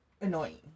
annoying